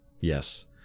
yes